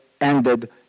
ended